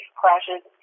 crashes